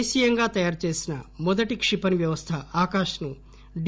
దేశీయంగా తయారు చేసిన మొదటి క్షిపణి వ్యవస్థ ఆకాశ్ ను డి